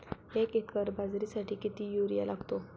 एक एकर बाजरीसाठी किती युरिया लागतो?